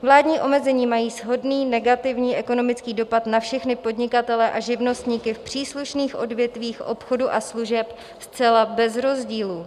Vládní omezení mají shodný negativní ekonomický dopad na všechny podnikatele a živnostníky v příslušných odvětvích obchodu a služeb zcela bez rozdílu.